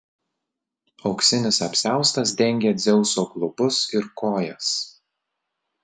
auksinis apsiaustas dengė dzeuso klubus ir kojas